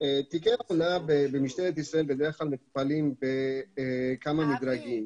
תיקי הונאה במשטרת ישראל בדרך כלל מטופלים בכמה מדרגים,